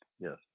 yes